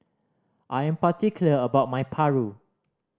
I am particular about my paru